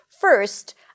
First